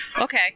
Okay